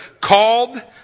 called